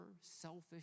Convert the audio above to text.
selfish